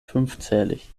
fünfzählig